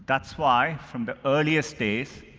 that's why, from the earliest days,